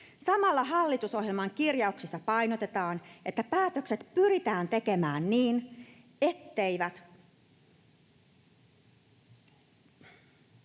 Samalla hallitusohjelman kirjauksissa painotetaan, että päätökset pyritään tekemään niin, etteivät